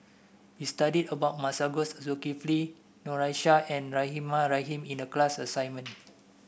we studied about Masagos Zulkifli Noor Aishah and Rahimah Rahim in the class assignment